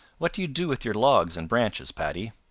what do you do with your logs and branches, paddy?